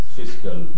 fiscal